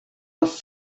was